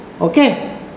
Okay